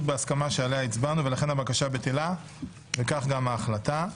בהסכמה שעליה הצבענו ולכן הבקשה בטלה וכך גם ההחלטה.